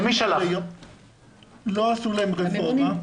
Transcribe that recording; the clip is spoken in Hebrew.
לא עשו להם רפורמה.